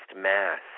Mass